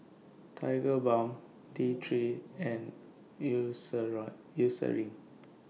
Tigerbalm T three and Euceran Eucerin